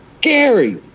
gary